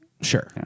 Sure